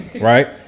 right